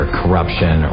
corruption